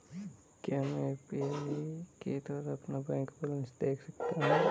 क्या मैं यू.पी.आई के द्वारा अपना बैंक बैलेंस देख सकता हूँ?